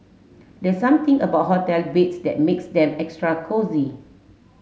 there's something about hotel beds that makes them extra cosy